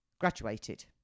graduated